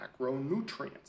macronutrients